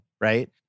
Right